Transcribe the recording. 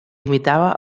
limitava